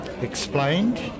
explained